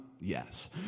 Yes